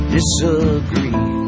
Disagree